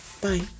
Bye